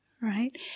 right